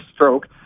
stroke